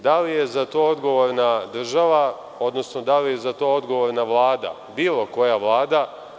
Da li je za to odgovorna država, odnosno da li je za to odgovorna Vlada, bilo koja Vlada?